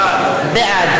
בעד